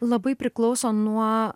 labai priklauso nuo